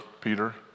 Peter